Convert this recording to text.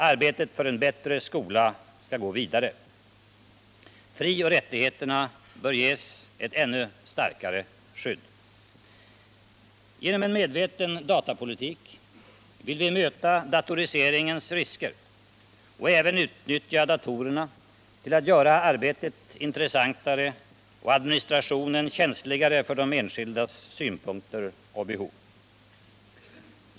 Arbetet för en bättre skola skall gå vidare. Frioch rättigheterna bör ges ett ännu starkare skydd. Genom en medveten datapolitik vill vi möta datoriseringens risker och även utnyttja datorerna till att göra arbetet intressantare och administrationen känsligare för den enskildes synpunkter och behov.